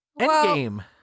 endgame